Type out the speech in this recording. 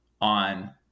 on